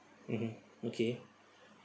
mmhmm okay